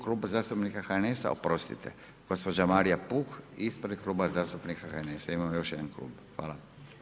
Klub zastupnika HNS-a, oprostite, gospođa Marija Puh, ispred Kluba zastupnika HNS-a, imamo još jedan klub, hvala.